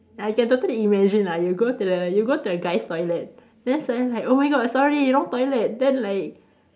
I can totally imagine lah you go to the you go to the guys' toilet then suddenly like oh my god sorry wrong toilet then like